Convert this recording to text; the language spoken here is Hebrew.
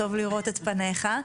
טוב לראות את פניך,